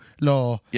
law